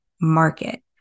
market